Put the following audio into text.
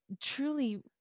truly